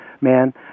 man